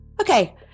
Okay